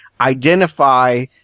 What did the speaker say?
identify